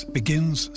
begins